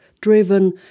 driven